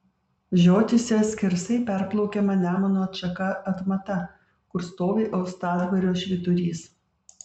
žiotyse skersai perplaukiama nemuno atšaka atmata kur stovi uostadvario švyturys